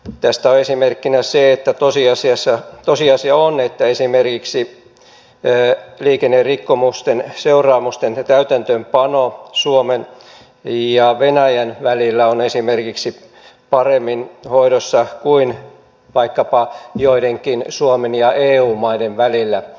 tästä on esimerkkinä se että tosiasia on että esimerkiksi liikennerikkomusten seuraamusten täytäntöönpano suomen ja venäjän välillä on paremmin hoidossa kuin vaikkapa suomen ja joidenkin eu maiden välillä